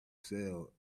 sail